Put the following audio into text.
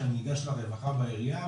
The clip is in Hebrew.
שאני אגש לרווחה בעירייה,